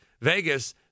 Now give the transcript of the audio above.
Vegas